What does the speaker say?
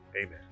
amen